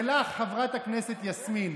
ולך, חברת הכנסת יסמין,